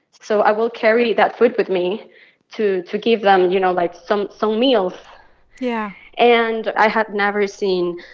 so i will carry that food with me to to give them, you know, like, some so meals yeah and i have never seen,